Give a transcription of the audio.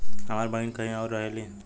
हमार बहिन कहीं और रहेली